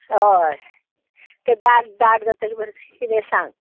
हय तें दाट दाट जातक किदें सांग